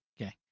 Okay